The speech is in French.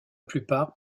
plupart